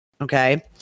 Okay